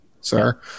sir